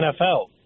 NFL